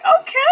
okay